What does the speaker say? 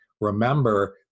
remember